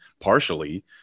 partially